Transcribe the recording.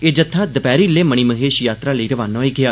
एह जत्था दपैहरी लै मणिमहेश जात्तरा लेई रवाना होई गेआ